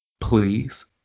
please